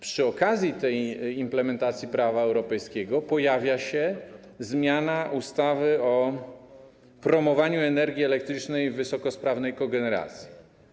Przy okazji tej implementacji prawa europejskiego pojawia się zmiana ustawy o promowaniu energii elektrycznej wysokosprawnej kogeneracji.